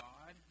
God